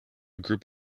group